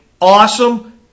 awesome